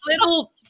little